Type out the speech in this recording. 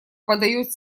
подает